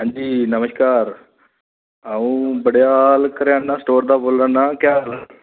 हंजी नमस्कार अ'ऊं बडेआल करेआना स्टोर दा बोल्ला ना केह् हाल